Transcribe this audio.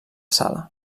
sala